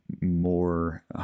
more